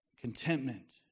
Contentment